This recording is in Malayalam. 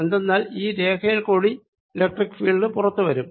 എന്തെന്നാൽ ഈ രേഖയിൽക്കൂടി ഇലക്ട്രിക്ക് ഫീൽഡ് പുറത്തു വരും